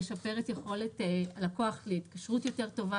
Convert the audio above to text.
לשפר את יכולת הלקוח להתקשרות יותר טובה,